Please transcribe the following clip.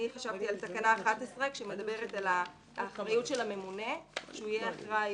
אני חשבתי על תקנה 11 שמדברת על אחריות הממונה שהוא יהיה אחראי,